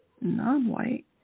non-white